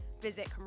Visit